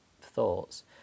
thoughts